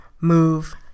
Move